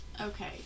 Okay